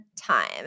time